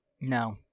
no